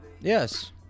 Yes